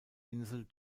insel